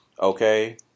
okay